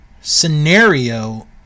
scenario